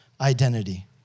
identity